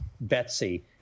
Betsy